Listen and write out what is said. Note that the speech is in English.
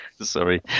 sorry